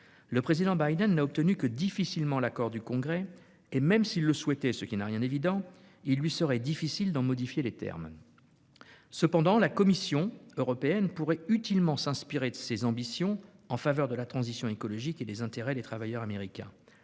Le président Biden n'a obtenu que difficilement l'accord du Congrès et, même s'il le souhaitait, ce qui n'a rien d'évident, il lui serait difficile d'en modifier les termes. Cependant, la Commission européenne pourrait utilement s'inspirer de ses ambitions en faveur de la transition écologique et des intérêts des travailleurs américains.